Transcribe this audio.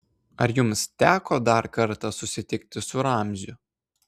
ar jums teko dar kartą susitikti su ramziu